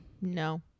no